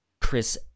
Chris